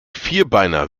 vierbeiner